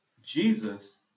Jesus